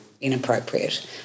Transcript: Inappropriate